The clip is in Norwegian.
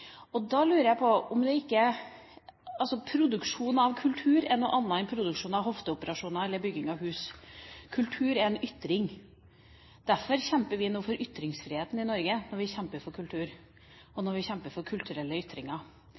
Produksjonen av kultur er noe annet enn produksjon av hofteoperasjoner eller bygging av hus. Kultur er en ytring. Derfor kjemper vi nå for ytringsfriheten i Norge når vi kjemper for kultur og for kulturelle ytringer.